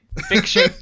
fiction